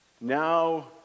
Now